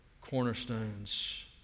cornerstones